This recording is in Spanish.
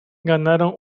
ganaron